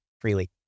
freely